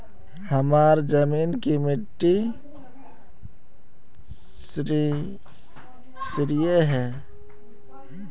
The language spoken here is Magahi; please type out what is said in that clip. हमार जमीन की मिट्टी क्षारीय है?